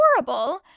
horrible